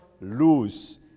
lose